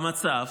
במצב